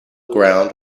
ground